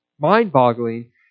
mind-boggling